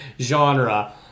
genre